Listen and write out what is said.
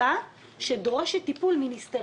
<< דובר_המשך